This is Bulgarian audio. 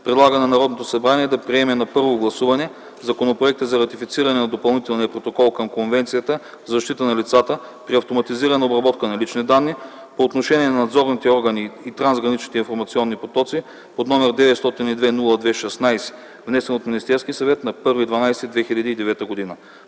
предлага на Народното събрание да приеме на първо гласуване Законопроект за ратифициране на Допълнителния протокол към Конвенцията за защита на лицата при автоматизирана обработка на лични данни, по отношение на надзорните органи и трансграничните информационни потоци, № 902-02-16, внесен от Министерския съвет на 1.12.2009 г.